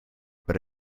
but